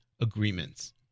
agreements